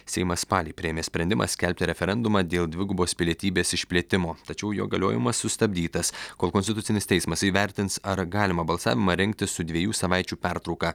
seimas spalį priėmė sprendimą skelbti referendumą dėl dvigubos pilietybės išplėtimo tačiau jo galiojimas sustabdytas kol konstitucinis teismas įvertins ar galima balsavimą rengti su dviejų savaičių pertrauka